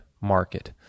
market